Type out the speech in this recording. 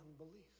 unbelief